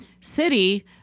city